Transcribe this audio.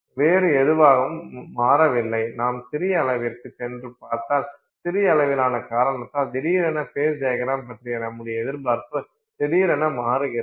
வேறு எதுவும் மாறவில்லை நாம் சிறிய அளவிற்குச் சென்று பார்த்தால் சிறிய அளவிலான காரணத்தால் திடீரென ஃபேஸ் டையக்ரம் பற்றிய நம்முடைய எதிர்பார்ப்பு திடீரென மாறுகிறது